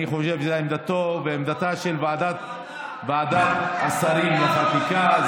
אני חושב שזאת עמדתו ועמדתה של ועדת השרים לחקיקה.